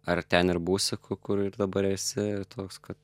ar ten ir būsi kur ir dabar esi toks kad